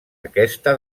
aquesta